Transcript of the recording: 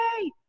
hey